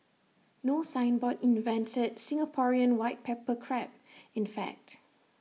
no signboard invented Singaporean white pepper Crab in fact